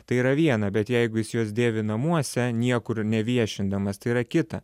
tai yra viena bet jeigu jis juos dėvi namuose niekur neviešindamas tai yra kita